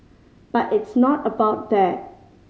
but it's not about that